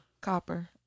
Copper